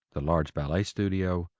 the large ballet studio,